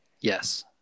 Yes